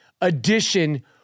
edition